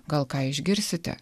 gal ką išgirsite